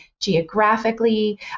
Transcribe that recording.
geographically